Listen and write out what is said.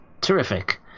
Terrific